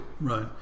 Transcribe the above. Right